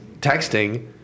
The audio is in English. texting